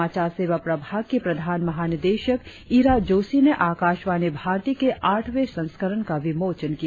समाचार सेवा प्रभाग की प्रधान महनिदेशक ईरा जोशी ने आकाशवाणी भारती के आठवें संस्करण का विमोचन किया